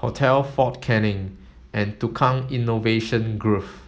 Hotel Fort Canning and Tukang Innovation Grove